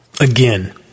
Again